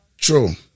True